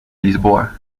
lisboa